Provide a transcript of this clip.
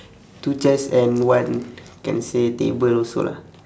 two chairs and one can say table also lah